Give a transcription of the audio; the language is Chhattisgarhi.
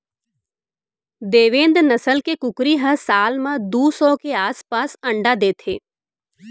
देवेन्द नसल के कुकरी ह साल म दू सौ के आसपास अंडा देथे